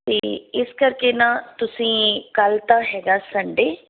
ਅਤੇ ਇਸ ਕਰਕੇ ਨਾ ਤੁਸੀਂ ਕੱਲ੍ਹ ਤਾਂ ਹੈਗਾ ਸੰਡੇ